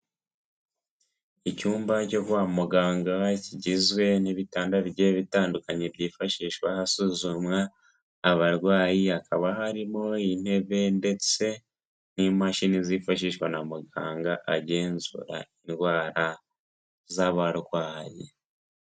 Icyumba cyo kwa muganga kigizwe n'ibitanda bigiye bitandukanye byifashishwa hasuzumwa abarwayi, hakaba harimo intebe ndetse n'imashini zifashishwa na muganga agenzura indwara z'abarwayi.